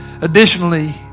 Additionally